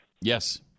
Yes